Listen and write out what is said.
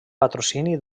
patrocini